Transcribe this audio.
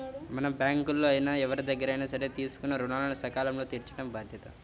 మనం బ్యేంకుల్లో అయినా ఎవరిదగ్గరైనా సరే తీసుకున్న రుణాలను సకాలంలో తీర్చటం బాధ్యత